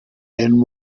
and